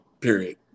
period